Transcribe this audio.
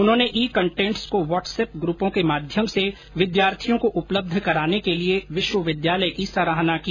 उन्होंने e contents को WhatsApp ग्रपों के माध्यम से विद्यार्थियों को उपलब्ध कराने के लिये विश्वविद्यालय की सराहना की